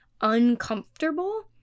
uncomfortable